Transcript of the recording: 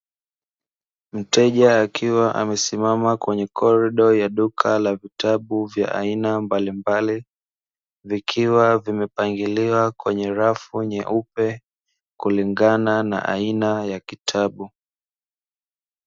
Mteja akiwa amesimama kwenye korido, ya duka la vitabu vya aina mbalimbali, vikiwa vimepangiliwa kwenye rafu nyeupe kulingana na aina ya kitabu.